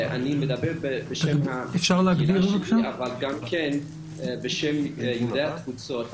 אני מדבר בשמי אבל גם בשם יהודי התפוצות.